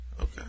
Okay